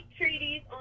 treaties